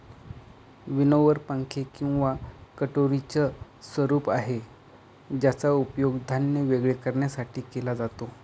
winnower पंखे किंवा कटोरीच स्वरूप आहे ज्याचा उपयोग धान्य वेगळे करण्यासाठी केला जातो